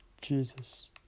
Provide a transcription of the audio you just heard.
Jesus